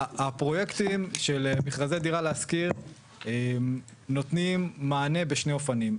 הפרויקטים של מכרזי דירה להשכיר נותנים מענה בשני אופנים,